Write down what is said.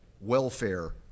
welfare